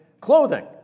clothing